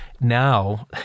now